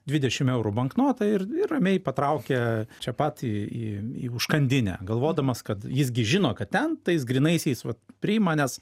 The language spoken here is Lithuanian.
dvidešim eurų banknotą ir ir ramiai patraukė čia pat į į užkandinę galvodamas kad jis gi žino kad ten tais grynaisiais vat priima nes